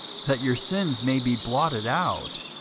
that your sins may be blotted out,